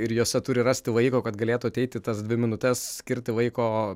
ir jose turi rasti laiko kad galėtų ateiti tas dvi minutes skirti laiko